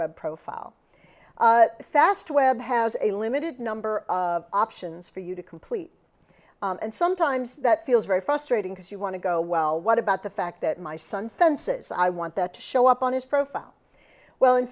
web profile a fast web has a limited number of options for you to complete and sometimes that feels very frustrating because you want to go well what about the fact that my son fences i want that to show up on his profile well